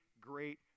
great